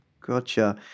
Gotcha